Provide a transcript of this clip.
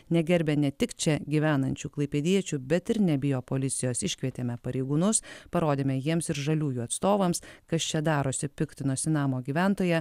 negerbia ne tik čia gyvenančių klaipėdiečių bet ir nebijo policijos iškvietėme pareigūnus parodėme jiems ir žaliųjų atstovams kas čia darosi piktinosi namo gyventoja